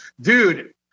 Dude